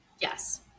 Yes